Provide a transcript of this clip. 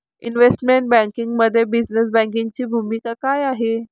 Investment बँकिंगमध्ये business बँकिंगची भूमिका काय आहे?